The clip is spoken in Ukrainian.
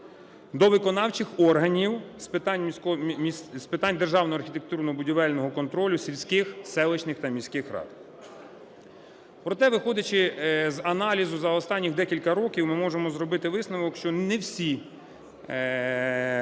до виконавчих органів з питань державного архітектурно-будівельного контролю в сільських, селищних та міських рад. Проте, виходячи з аналізу за останніх декілька років, ми можемо зробити висновок, що не всі